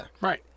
Right